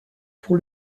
pour